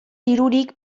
dirurik